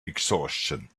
exhaustion